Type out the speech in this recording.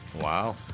wow